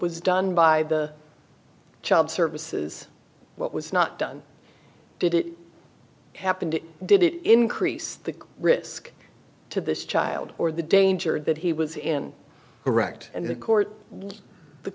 was done by the child services what was not done did it happened did it increase the risk to this child or the danger that he was in direct and in court the